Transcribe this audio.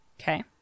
Okay